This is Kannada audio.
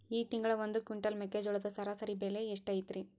ಈ ತಿಂಗಳ ಒಂದು ಕ್ವಿಂಟಾಲ್ ಮೆಕ್ಕೆಜೋಳದ ಸರಾಸರಿ ಬೆಲೆ ಎಷ್ಟು ಐತರೇ?